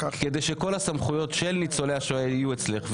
שכל הסמכויות של ניצולי השואה יהיו אצלך,